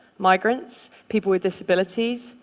migrants, people with disabilities,